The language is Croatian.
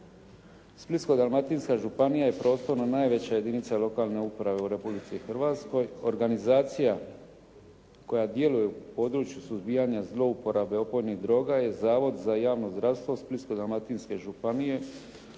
Splitsko-dalmatinska županija je prostorno najveća jedinica lokalne uprave u Republici Hrvatskoj. Organizacija koja djeluje u području suzbijanja zlouporabe opojnih droga je Zavod za javno zdravstvo Splitsko-dalmatinske županije